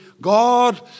God